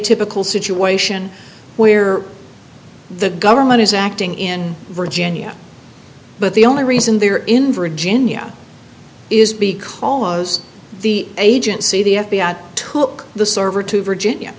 typical situation where the government is acting in virginia but the only reason they're in virginia is because the agency the f b i took the server to virginia